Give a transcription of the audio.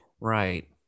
Right